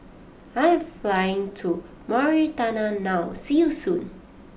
I am flying to Mauritania now see you soon